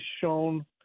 shown